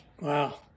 Wow